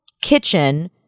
kitchen